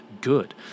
good